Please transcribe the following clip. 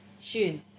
Shoes